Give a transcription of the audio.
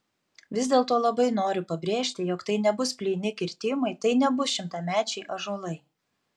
vis dėlto labai noriu pabrėžti jog tai nebus plyni kirtimai tai nebus šimtamečiai ąžuolai